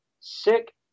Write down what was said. sick